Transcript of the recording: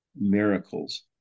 miracles